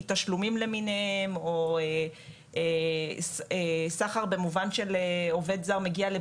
אי תשלומים למיניהם או סחר במובן שבו עובד זר מגיע לעבוד